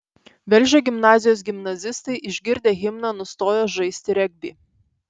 velžio gimnazijos gimnazistai išgirdę himną nustojo žaisti regbį